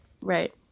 right